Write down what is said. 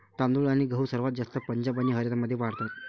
तांदूळ आणि गहू सर्वात जास्त पंजाब आणि हरियाणामध्ये वाढतात